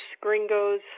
gringos